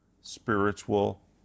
spiritual